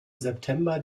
september